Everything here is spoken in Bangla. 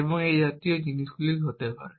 এবং এই জাতীয় জিনিসগুলি হতে পারে